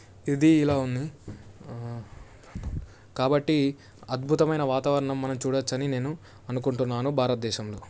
ఇది ఇలా ఉంది కాబట్టి అద్భుతమైన వాతావరణం మనం చూడవచ్చని నేను అనుకుంటున్నాను భారతదేశంలో